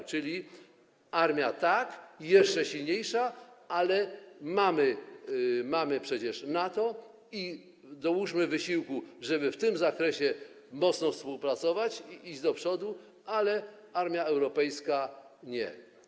Tak więc armia - tak, jeszcze silniejsza, ale mamy przecież NATO i dołóżmy wysiłku, żeby w tym zakresie mocno współpracować i iść do przodu, ale armia europejska - nie.